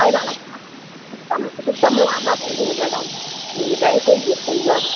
அதனால சுத்தமாக சுத்தமில்லாமா வருதுங்க மேடம் நீங்கள் தயவு செஞ்சு கொஞ்சம்